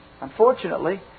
unfortunately